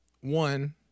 one